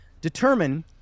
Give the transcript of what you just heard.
determine